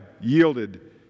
yielded